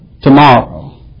tomorrow